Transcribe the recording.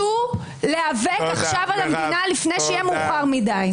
צאו להיאבק עכשיו על המדינה לפני שיהיה מאוחר מדי.